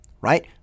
right